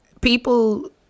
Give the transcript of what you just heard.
People